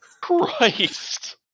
Christ